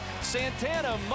Santana